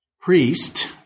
priest